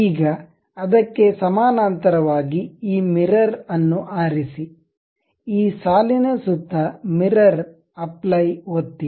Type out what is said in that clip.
ಈಗ ಅದಕ್ಕೆ ಸಮಾನಾಂತರವಾಗಿ ಈ ಮಿರರ್ ಅನ್ನು ಆರಿಸಿ ಈ ಸಾಲಿನ ಸುತ್ತ ಮಿರರ್ ಅಪ್ಲೈ ಒತ್ತಿ